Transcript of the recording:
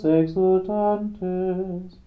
exultantes